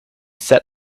set